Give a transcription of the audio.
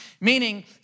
Meaning